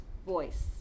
voice